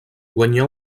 guanyà